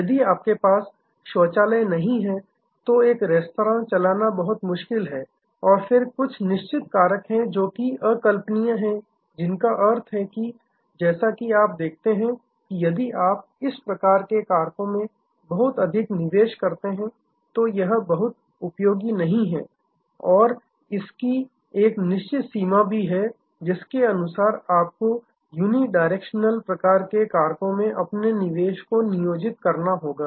यदि आपके पास शौचालय नहीं है तो एक रेस्तरां चलाना बहुत मुश्किल है और फिर कुछ निश्चित कारक हैं जो कि अकल्पनीय हैं जिसका अर्थ है जैसा कि आप देखते हैं कि यदि आप इस प्रकार के कारकों में बहुत अधिक निवेश करते हैं तो यह बहुत उपयोगी नहीं है और इसकि एक निश्चित सीमा भी है जिसके अनुसार आपको यूनिडायरेक्शनल प्रकार के कारकों में अपने निवेश को नियोजित करना होगा